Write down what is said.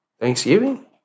Thanksgiving